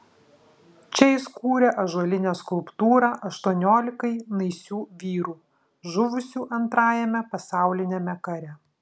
čia jis kūrė ąžuolinę skulptūrą aštuoniolikai naisių vyrų žuvusių antrajame pasauliniame kare